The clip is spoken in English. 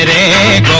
and a